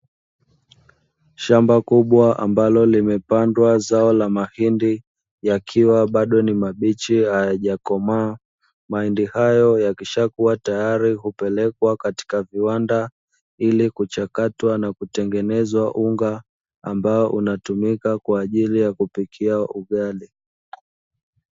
Shamba kubwa ambalo limepandwa zao la mahindi yakiwa bado ni mabichi hayajakomaa, mahindi hayo yakishakua tayari kupelekwa katika viwanda, ili kuchakatwa na kutengenezwa unga ambao unatumika kwa ajili ya kupikia ugali.